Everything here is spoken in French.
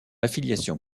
affiliation